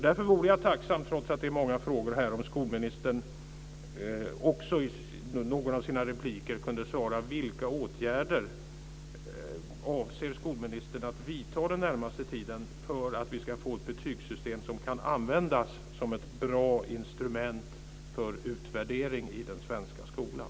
Därför vore jag tacksam, trots att det är många frågor, om skolministern också i någon av sina repliker kunde svara på frågan: